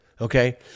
okay